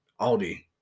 Aldi